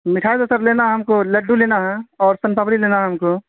مٹھائی تو سر لینا ہے ہم کو لڈو لینا ہے اور سون پاپڑی لینا ہے ہم کو